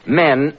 men